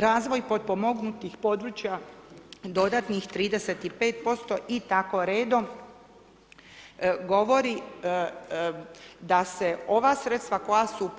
Razvoj potpomognutih područja dodatnih 35% i tako redom govori da se ova sredstva koja su